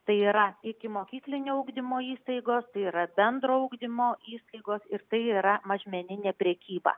tai yra ikimokyklinio ugdymo įstaigos yra bendro ugdymo įstaigos ir tai yra mažmeninė prekyba